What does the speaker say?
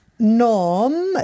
Norm